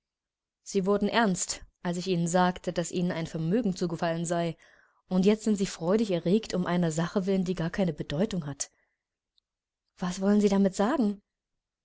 sie wurden ernst als ich ihnen sagte daß ihnen ein vermögen zugefallen sei und jetzt sind sie freudig erregt um einer sache willen die gar keine bedeutung hat was wollen sie damit sagen